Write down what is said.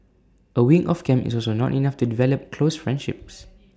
A week of camp is also not enough to develop close friendships